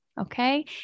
Okay